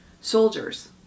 Soldiers